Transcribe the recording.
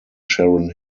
sharon